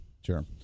sure